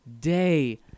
day